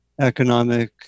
economic